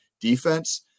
defense